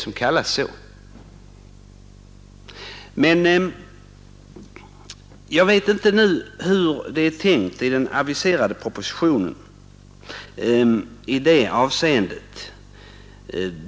Men jag vet inte hur det nu är tänkt i den aviserade propositionen i det avseendet.